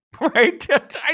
right